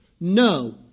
No